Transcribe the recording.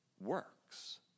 works